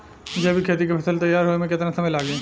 जैविक खेती के फसल तैयार होए मे केतना समय लागी?